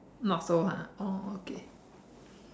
not so ha oh okay